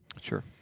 Sure